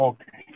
Okay